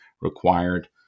required